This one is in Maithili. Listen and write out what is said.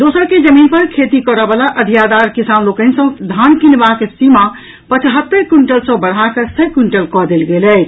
दोसर के जमीन पर खेती करयवला अधियादार किसान लोकनि सँ धान कीनबाक सीमा पचहत्तरि क्विंटल सँ बढ़ा कऽ सय क्विंटल कऽ देल गेल अछि